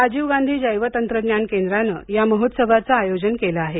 राजीव गांधी जैवतंत्रज्ञान केंद्रान या महोत्सवाचं आयोजन केलं आहे